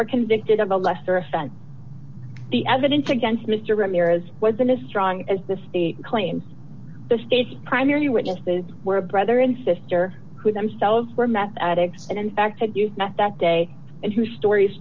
or convicted of a lesser offense the evidence against mr ramirez was in a strong as the state claims the state's primary witnesses were brother and sister who themselves were meth addicts and in fact had you know that day and two stories